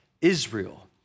Israel